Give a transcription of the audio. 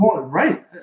right